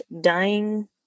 dying